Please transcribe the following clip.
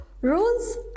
rules